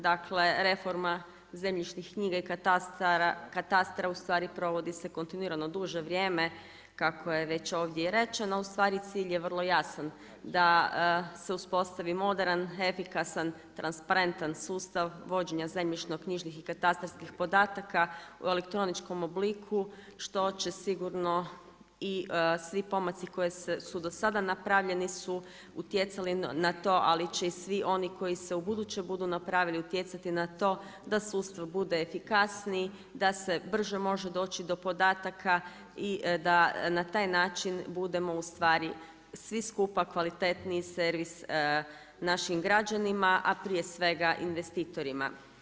Dakle, reforma zemljišnih knjiga i katastra provodi se kontinuirano duže vrijeme kako je ovdje i rečeno, a ustvari cilj je vrlo jasan, da se uspostavi moderan, efikasan, transparentan sustav vođenja zemljišno-knjižnih i katastarskih podataka u elektroničkom obliku što će sigurno i svi pomaci koji su se dosada napravili utjecali na to, ali će i svi koji se u buduće budu napravili utjecati na to da sudstvo bude efikasnije, da se brže može doći do podataka i da na taj način budemo svi skupa kvalitetniji servis našim građanima, a prije svega investitorima.